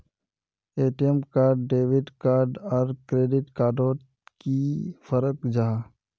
ATM card debit card आर credit card डोट की फरक जाहा?